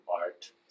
art